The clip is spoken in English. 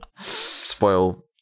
Spoil